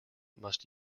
must